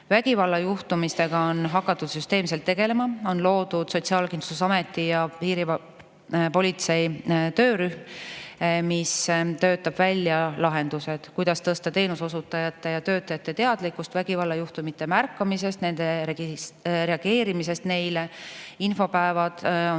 Vägivallajuhtumitega on hakatud süsteemselt tegelema. On loodud Sotsiaalkindlustusameti ja politsei töörühm, kes töötab välja lahendused, kuidas tõsta teenuseosutajate ja töötajate teadlikkust vägivallajuhtumite märkamisest, nendele reageerimisest. Infopäevad on